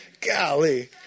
Golly